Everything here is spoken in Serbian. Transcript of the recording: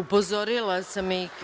Upozorila sam ih.